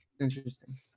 interesting